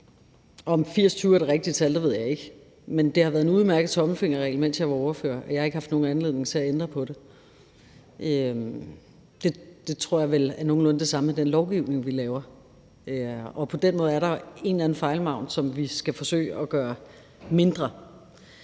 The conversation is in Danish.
Om 80-20 er det rigtige tal, ved jeg ikke, men det har været en udmærket tommelfingerregel, mens jeg var ordfører, og jeg har ikke haft nogen anledning til at ændre på den. Det tror jeg vel er nogenlunde det samme med den lovgivning, vi laver. På den måde er der en eller anden fejlmargen, som vi skal forsøge at gøre mindre.